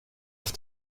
auf